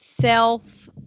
self